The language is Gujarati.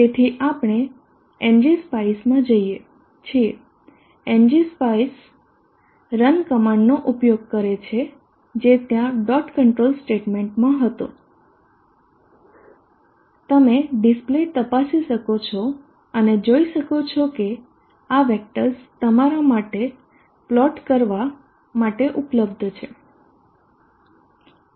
તેથી આપણે એનજીસ્પાઇસમાં છીએ એનજીસ્પીસ રન કમાન્ડનો ઉપયોગ કરે છે જે ત્યાં ડોટ કંટ્રોલ સ્ટેટમેન્ટમાં હતો તમે ડિસ્પ્લે તપાસી શકો છો અને જોઈ શકો છો કે આ વેક્ટર્સ તમારા માટે પોલ્ટ કરવા માટે ઉપલબ્ધ છે